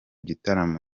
gitaramo